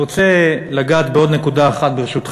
אני רוצה לגעת בעוד נקודה אחת,